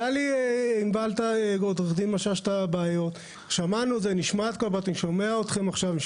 עו"ד משש העלתה בפניי את הבעיות ואני שומע אתכם עכשיו.